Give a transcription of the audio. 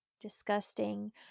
Disgusting